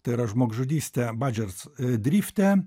tai yra žmogžudystė badžers drifte